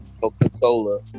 Coca-Cola